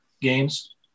games